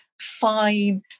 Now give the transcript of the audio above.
fine